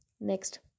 next